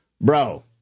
bro